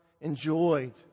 enjoyed